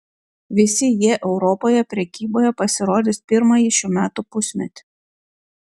visi jie europoje prekyboje pasirodys pirmąjį šių metų pusmetį